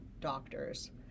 doctors